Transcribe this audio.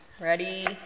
Ready